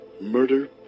murder